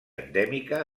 endèmica